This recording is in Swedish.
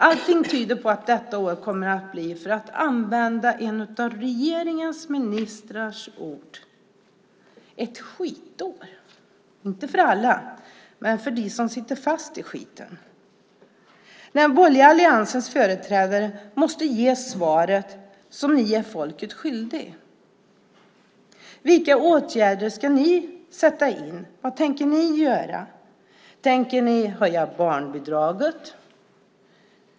Allting tyder på att detta år kommer att bli - för att använda en av regeringens ministrars ord - ett skitår. Inte för alla men för dem som sitter fast i skiten. Den borgerliga alliansens företrädare måste ge svaren som ni är folket skyldiga. Vilka åtgärder ska ni sätta in? Vad tänker ni göra? Tänker ni höja barnbidraget?